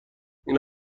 این